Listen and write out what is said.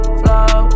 flow